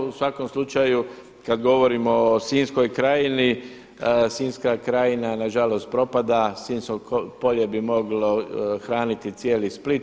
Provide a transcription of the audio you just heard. U svakom slučaju kada govorimo o Sinjskoj krajini, Sinjska krajina nažalost propada, Sinjsko polje bi moglo hraniti cijeli Split.